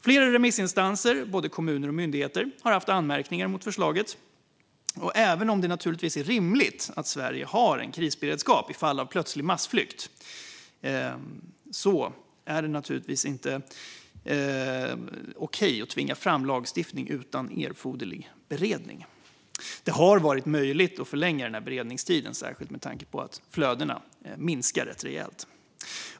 Flera remissinstanser, både kommuner och myndigheter, har haft anmärkningar mot förslaget, och även om det naturligtvis är rimligt att Sverige har en krisberedskap i händelse av plötslig massflykt är det naturligtvis inte okej att tvinga fram lagstiftning utan erforderlig beredning. Det hade varit möjligt att förlänga beredningstiden, särskilt med tanke på att flödena minskat rätt rejält.